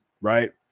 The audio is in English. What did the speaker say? right